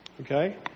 Okay